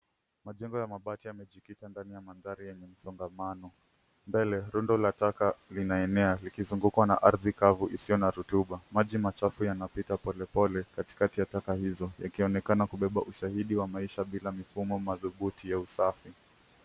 Majengo ya mabati yamejikita ndani ya mandhari yenye msongamano. Mbele, lundo la taka linaenea likizungukwa na ardhi kavu isiyo na rutuba. Maji machavu yanapita polepole katikati ya taka hizo, yakionekana kubeba ushahidi wa maisha bila mifumo madhubuti ya usafi.